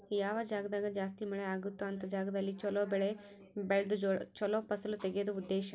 ಯಾವ ಜಾಗ್ದಾಗ ಜಾಸ್ತಿ ಮಳೆ ಅಗುತ್ತೊ ಅಂತ ಜಾಗದಲ್ಲಿ ಚೊಲೊ ಬೆಳೆ ಬೆಳ್ದು ಚೊಲೊ ಫಸಲು ತೆಗಿಯೋದು ಉದ್ದೇಶ